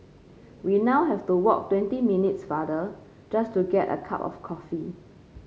we now have to walk twenty minutes farther just to get a cup of coffee